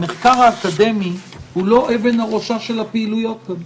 המחקר האקדמי הוא לא אבן הראשה של הפעילויות כאן.